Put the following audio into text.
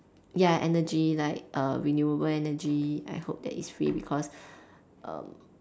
ya energy like err renewable energy I hope that it's free because